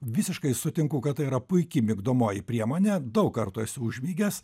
visiškai sutinku kad tai yra puiki migdomoji priemonė daug kartų esu užmigęs